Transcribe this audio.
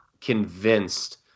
convinced